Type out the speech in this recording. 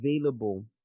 available